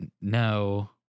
no